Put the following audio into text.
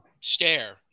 stare